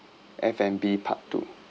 F&B part two